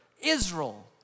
Israel